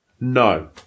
No